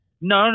no